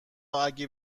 اگه